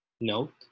note